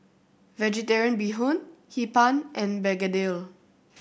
Vegetarian Bee Hoon Hee Pan and begedil